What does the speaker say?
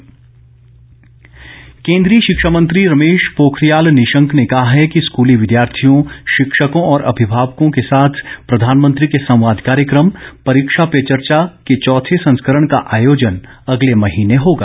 परीक्षा पे चर्चा केन्द्रीय शिक्षा मंत्री रमेश पोखरियाल निशंक ने कहा है कि स्कूली विद्यार्थियों शिक्षकों और अभिभावकों के साथ प्रधानमंत्री के संवाद कार्यक्रम परीक्षा पे चर्चा के चौथे संस्करण का आयोजन अगले महीने होगा